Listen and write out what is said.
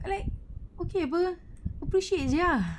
I like okay [pe] appreciate saja ah